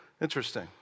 Interesting